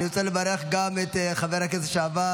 אני רוצה לברך גם את חבר הכנסת לשעבר